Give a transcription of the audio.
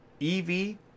EV